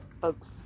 folks